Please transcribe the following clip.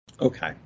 Okay